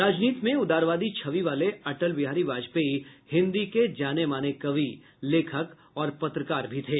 राजनीति में उदारवादी छवि वाले अटल बिहारी वाजपेयी हिन्दी के जाने माने कवि लेखक और पत्रकार भी थे